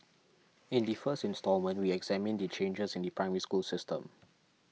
in the first instalment we examine the changes in the Primary School system